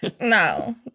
No